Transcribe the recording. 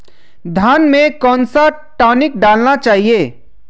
धान में कौन सा टॉनिक डालना चाहिए?